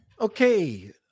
Okay